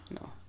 No